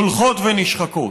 הולכות ונשחקות.